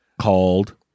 called